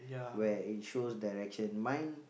where it shows direction mine